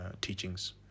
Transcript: teachings